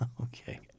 Okay